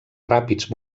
ràpids